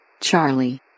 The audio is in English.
Charlie